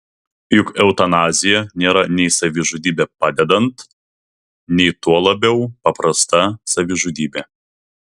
juk eutanazija nėra nei savižudybė padedant nei tuo labiau paprasta savižudybė